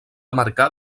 marcar